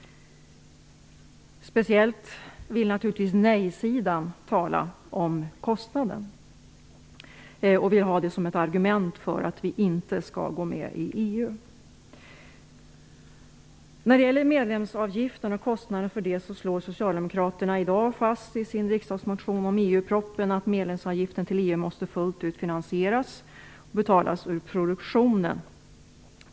Speciellt vill naturligtvis nej-sidan tala om kostnaden. Man vill ha det som ett argument för att vi inte skall gå med i EU. När det gäller medlemsavgiften och den kostnaden slår Socialdemokraterna i dag fast i sin riksdagsmotion med anledning av EU-propositionen att EU-medlemsavgiften fullt ut måste finansieras och betalas med hjälp av produktionen.